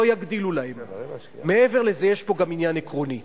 לא שוטר, לעצור אותו עד שיבוא שוטר,